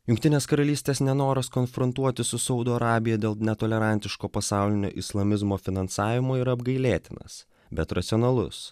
jungtinės karalystės nenoras konfrontuoti su saudo arabija dėl netolerantiško pasaulinio islamizmo finansavimo yra apgailėtinas bet racionalus